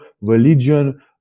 religion